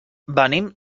venim